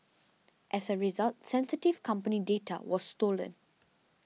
as a result sensitive company data was stolen